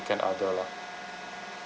other lah